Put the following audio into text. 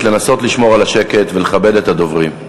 לנסות ולשמור על השקט ולכבד את הדוברים.